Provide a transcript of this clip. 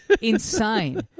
insane